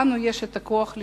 לנו יש את הכוח לשנות.